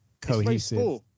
cohesive